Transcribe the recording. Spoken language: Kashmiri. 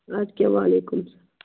اَدٕ کیٛاہ وعلیکُم سلام